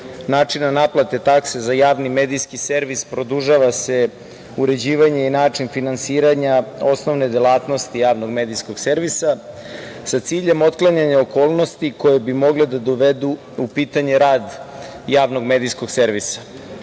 načina naplate takse za javni medijski servis, produžava se uređivanje i način finansiranja osnovne delatnosti javnog medijskog servisa, sa ciljem otklanjanja okolnosti koje bi mogle da dovedu u pitanje rad javnog medijskog servisa. Naš